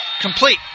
complete